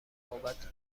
نوبت